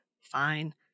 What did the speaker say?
fine